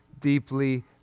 deeply